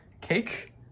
cake